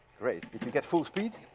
great. did you get full speed?